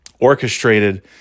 Orchestrated